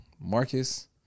Marcus